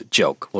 joke